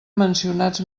mencionats